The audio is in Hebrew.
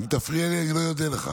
אם תפריע לי, אני לא אודה לך.